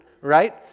right